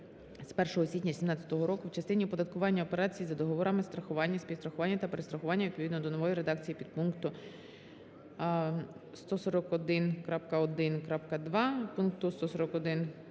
з 1 січня 2017 року в частині оподаткування операцій за договорами страхування (співстрахування) та перестрахування, відповідно до нової редакції підпункту 141.1.2